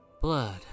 Blood